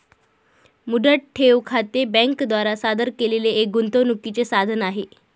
मुदत ठेव खाते बँके द्वारा सादर केलेले एक गुंतवणूकीचे साधन आहे